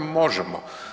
Možemo.